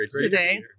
today